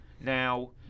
now